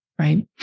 Right